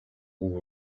all